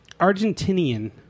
Argentinian